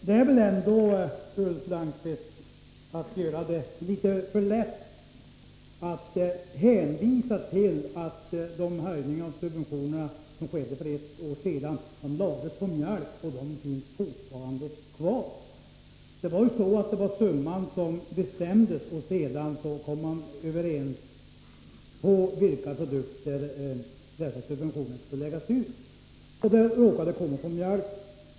Fru talman! Det är väl ändå att göra det litet för lätt för sig, Ulf Lönnqvist, att hänvisa till att de höjningar av subventionerna som skedde för ett år sedan lades på mjölken och fortfarande finns kvar. Det var ju så att summan bestämdes, och sedan kom man överens om på vilka produkter subventionerna skulle läggas ut. Då råkade de komma på mjölken.